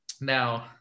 now